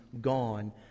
gone